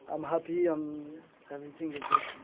i'm happy, um everything is good!